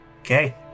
Okay